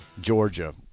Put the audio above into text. Georgia